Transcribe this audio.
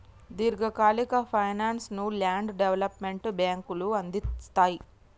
దీర్ఘకాలిక ఫైనాన్స్ ను land development బ్యేంకులు అందిస్తయ్